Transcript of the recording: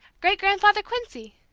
great-grandfather quincy!